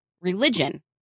religion